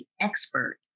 expert